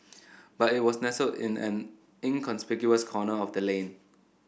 but it was nestled in an inconspicuous corner of the lane